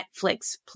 Netflix